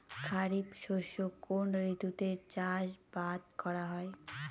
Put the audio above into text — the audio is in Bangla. খরিফ শস্য কোন ঋতুতে চাষাবাদ করা হয়?